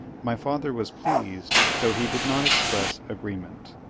my father was pleased, though he did not express agreement.